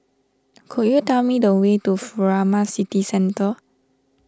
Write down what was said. could you tell me the way to Furama City Centre